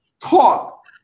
talk